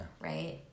right